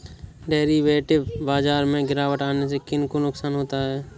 Derivative बाजार में गिरावट आने से किन को नुकसान होता है?